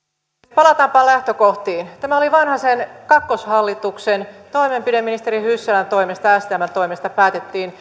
palataanpa lähtökohtiin tämä oli vanhasen kakkoshallituksen toimenpide ministeri hyssälän toimesta stmn toimesta päätettiin